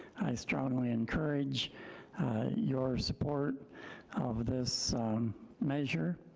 i strongly encourage your support of this measure.